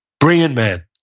brilliant man,